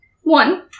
One